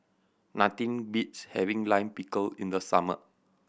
nothing beats having Lime Pickle in the summer